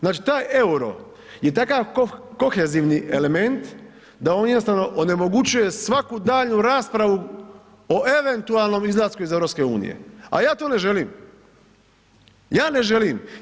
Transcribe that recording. Znači taj euro je takav kohezivni element da on jednostavno onemogućuje svaku daljnju raspravu o eventualnom izlasku iz EU, a ja to ne želim, ja ne želim.